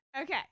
okay